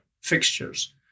fixtures